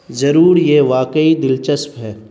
ضرور یہ واقعی دلچسپ ہے